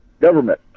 Government